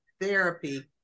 therapy